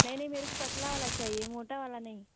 नहीं नहीं मेरे को पतला वाला चाहिए मोटा वाला नहीं